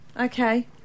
Okay